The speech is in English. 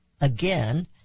again